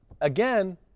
again